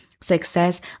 success